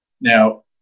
Now